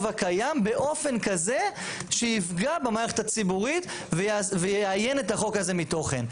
הקיים באופן כזה שיפגע במערכת הציבורית ויאיין את החוק הזה מתוכן.